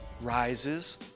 rises